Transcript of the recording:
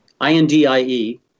I-N-D-I-E